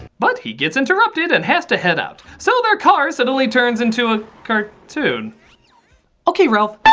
but he gets interrupted and has to head out. so, their car suddenly turns into a. cartoon. okay, ralph,